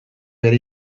behar